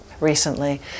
Recently